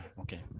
okay